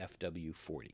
FW40